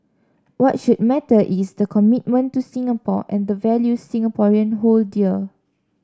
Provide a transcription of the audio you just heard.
what should matter is the commitment to Singapore and the values Singaporean hold dear